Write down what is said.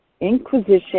inquisition